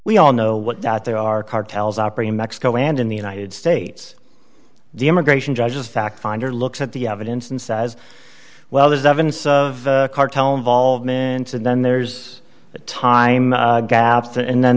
we all know what that they are cartels operating mexico and in the united states the immigration judges fact finder looks at the evidence and says well there's evidence of cartel involvement and then there's time gaps and then